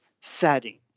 setting